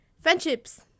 Friendships